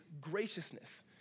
graciousness